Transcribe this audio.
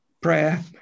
prayer